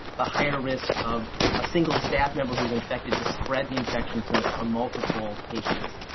the higher risk of a single staff member who is infected to spread the infection to ah multiple patients.